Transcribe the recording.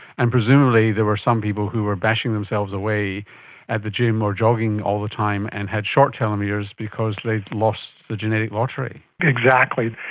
and presumably there were some people who were bashing themselves away at the gym or jogging all the time and had short telomeres because they had lost the genetic lottery. exactly,